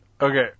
okay